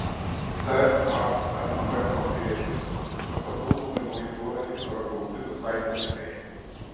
chmp pabrėžė kad papildomai nauji duomenys yra gauti visai neseniai